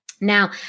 now